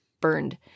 burned